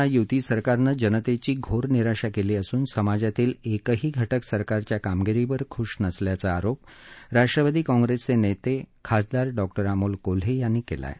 भाजप सेना युती सरकारनं जनतेची घोर निराशा केली असून समाजातील एकही घटक सरकारच्या कामगिरीवर खूष नसल्याचा आरोप राष्ट्रवादी काँप्रेसचे नेते खासदार डॉक्टर अमोल कोल्हे यांनी केला आहे